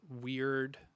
weird